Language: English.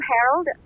Harold